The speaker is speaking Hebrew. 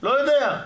לא יודע.